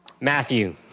Matthew